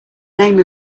name